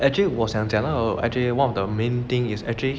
actually 我想讲到 actually one of the main thing is actually